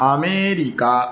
America